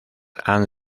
han